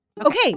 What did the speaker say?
Okay